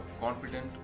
competent